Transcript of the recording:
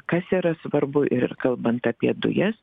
kas yra svarbu ir kalbant apie dujas